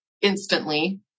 instantly